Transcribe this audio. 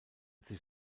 sich